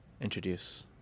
introduce